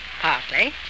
Partly